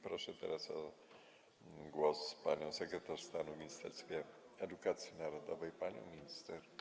Proszę teraz o głos panią sekretarz stanu w Ministerstwie Edukacji Narodowej, panią minister